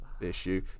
issue